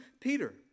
Peter